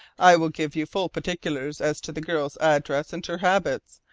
i will give you full particulars as to the girl's address and her habits,